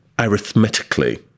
arithmetically